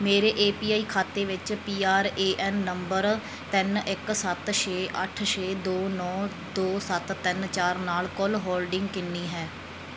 ਮੇਰੇ A P I ਖਾਤੇ ਵਿੱਚ P R A N number ਤਿੰਨ ਇੱਕ ਸੱਤ ਛੇ ਅੱਠ ਛੇ ਦੋ ਨੌ ਦੋ ਸੱਤ ਤਿੰਨ ਚਾਰ ਨਾਲ ਕੁੱਲ ਹੋਲਡਿੰਗ ਕਿੰਨੀ ਹੈ